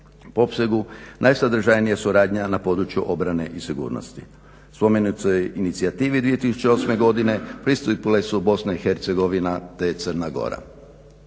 Po opsegu najsadržajnija suradnja na području obrane i sigurnosti. Spomenutoj inicijativi 2008. godine pristupile su BiH te Crna Gora.